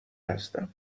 هستم